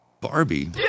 Barbie